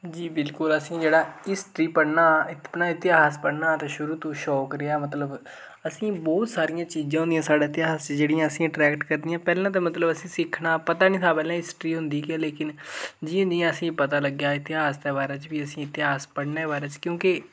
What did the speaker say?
जी बिल्कुल असेंई जेह्ड़ा हिस्ट्री पढ़ना अपना इतिहास पढ़ना शुरू तूं शौक रेहा मतलब असें ई बहुत सारियां चीजां होंदियां साढ़े इतिहास च असेंई अट्रैक्ट करदियां पैह्लै ते मतलब असेंई सिक्खना पता निं पैह्ले हिस्ट्री होंदी लेकिन जि'यां जि'यां असेंई पता लग्गेआ इतिहास दे बारे च असेंई इतिहास पढ़ना बारै च केह् होंदा केह्